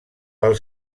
pel